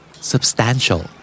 Substantial